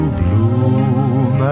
bloom